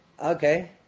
Okay